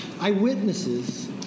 Eyewitnesses